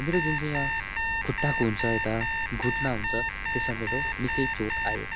मेरो जुन चाहिँ यहाँ खुट्टाको हुन्छ यता घुट्ना हुन्छ त्यसमा मेरो निकै चोट आयो